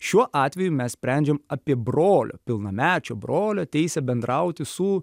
šiuo atveju mes sprendžiam apie brolio pilnamečio brolio teisę bendrauti su